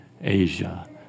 Asia